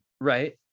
Right